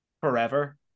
forever